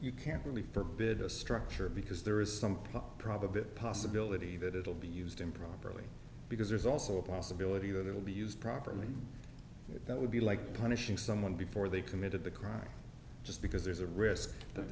you can't really forbid a structure because there is some probability possibility that it'll be used improperly because there's also a possibility that it will be used properly that would be like kind of shoot someone before they committed the crime just because there's a risk that